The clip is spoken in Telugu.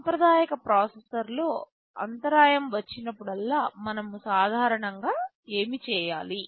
సాంప్రదాయిక ప్రాసెసర్ లో అంతరాయం వచ్చినప్పుడల్లా మనము సాధారణంగా ఏమి చేయాలి